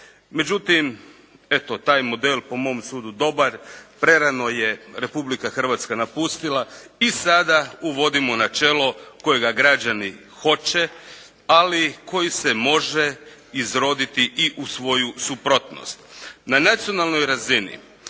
Međutim eto taj model po mom sudu dobar, prerano je Republika Hrvatska napustila i sada uvodimo načelo kojega građani hoće, ali koji se može izroditi i u svoju suprotnost. Na nacionalnoj razini